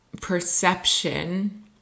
perception